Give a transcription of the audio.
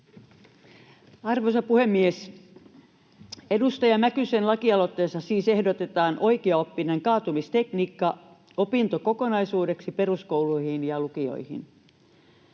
Arvoisa puhemies! Edustaja Mäkysen lakialoitteessa siis ehdotetaan oikeaoppista kaatumistekniikkaa opintokokonaisuudeksi peruskouluihin ja lukioihin.